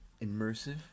immersive